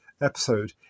episode